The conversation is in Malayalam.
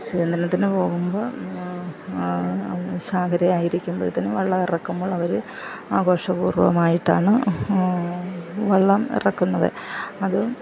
മൽസ്യ ബന്ധനത്തിനു പോവുമ്പോൾ ചാകര ആയിരിക്കുമ്പോഴത്തേക്ക് വള്ളം ഇറക്കുമ്പോൾ അവർ ആഘോഷ പൂർവമായിട്ടാണ് വള്ളം ഇറക്കുന്നത് അത്